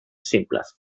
simples